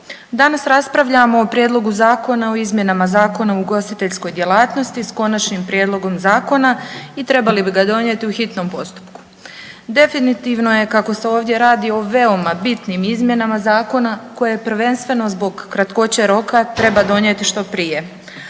Danas raspravljamo o Prijedlogu zakona o izmjenama Zakona o ugostiteljskoj djelatnosti s konačnim prijedlogom zakona i trebali bi ga donijeti u hitnom postupku. Definitivno je kako se ovdje radi o veoma bitnim izmjenama zakona koje prvenstveno zbog kratkoće roka treba donijeti što prije,